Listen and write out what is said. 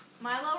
Milo